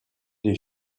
des